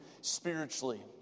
spiritually